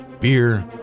beer